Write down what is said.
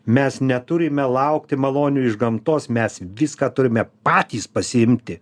mes neturime laukti malonių iš gamtos mes viską turime patys pasiimti